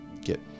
get